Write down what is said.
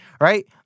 Right